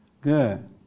Good